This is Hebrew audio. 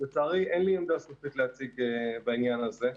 לצערי, אין לי עמדה סופית להציג בעניין הזה.